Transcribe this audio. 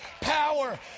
power